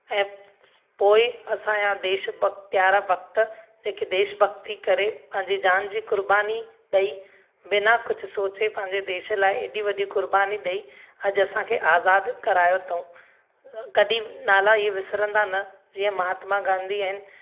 ऐं पोइ असांका देश भक्तियारा भक्त जेके देशभक्ति करे पंहिंजी जान जी क़ुर्बानी ॾेई बिना कुझु सोचे पंहिंजे देश लाइ एॾी वॾी क़ुर्बानी ॾेई अॼु असांखे आज़ाद करायो अथऊं कॾहिं नाला इहे विसिरंदा न जीअं महात्मा गांधी आहिनि